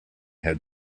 had